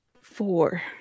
Four